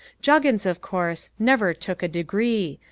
juggins, of course, never took a degree,